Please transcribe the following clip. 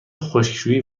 خشکشویی